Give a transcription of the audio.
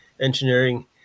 engineering